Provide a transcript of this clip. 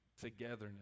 Togetherness